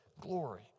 glory